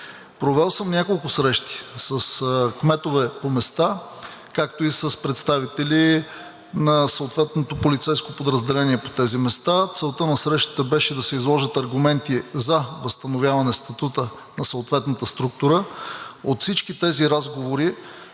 Провел съм няколко срещи с кметове по места, както и с представители на съответното полицейско подразделение по тези места. Целта на срещата беше да се изложат аргументи за възстановяване статута на съответната структура. От всички тези разговори